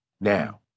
now